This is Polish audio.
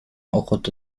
ochotę